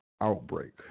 outbreak